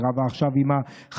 היא רבה עכשיו עם החקלאים,